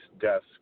desk